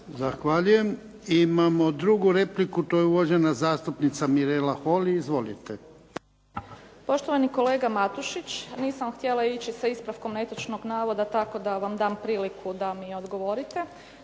Zahvaljujem. Imamo drugu repliku, uvažena zastupnica Mirela Holy. Izvolite. **Holy, Mirela (SDP)** Poštovani kolega Matušić. Nisam htjela ići sa ispravkom netočnog navoda tako da vam dam priliku da mi odgovorite